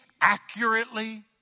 accurately